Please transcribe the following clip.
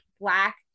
black